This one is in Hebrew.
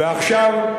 ועכשיו,